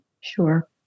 Sure